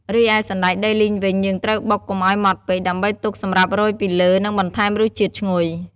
រីឯសណ្ដែកដីលីងវិញយើងត្រូវបុកកុំឲ្យម៉ត់ពេក ដើម្បីទុកសម្រាប់រោយពីលើ និងបន្ថែមរសជាតិឈ្ងុយ។